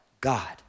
God